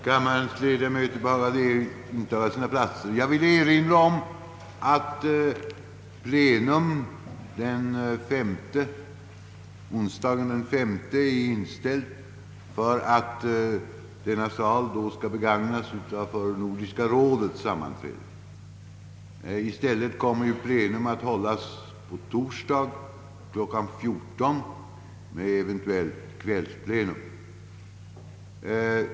Jag vill erinra om att plenum onsdagen den 5 mars är inställt med anledning av att Nordiska rådet då sammanträder i kammarens plenisal. I stället kommer plenum att hållas torsdagen den 6 mars kl. 14.00, eventuellt med kvällsplenum.